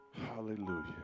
Hallelujah